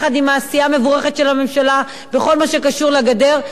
עם העשייה המבורכת של הממשלה בכל מה שקשור לגדר,